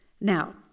now